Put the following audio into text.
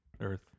Earth